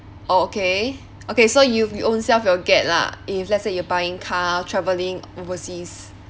orh okay okay so you you ownself will get lah if let's say you are buying car travelling overseas